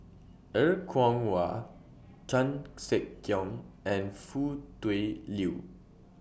Er Kwong Wah Chan Sek Keong and Foo Tui Liew